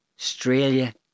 Australia